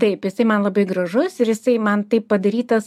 taip jisai man labai gražus ir jisai man taip padarytas